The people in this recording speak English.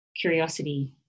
curiosity